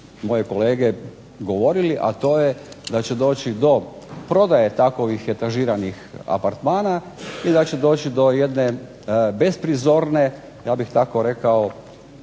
moje kolege govorili, a to je da će doći do prodaje takvih etažiranih apartmana i da će doći do jedne besprizorne ja bih tako rekao